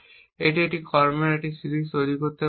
এটি আপনি কর্মের একটি সিরিজ তৈরি করতে পারেন